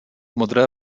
modré